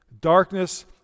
Darkness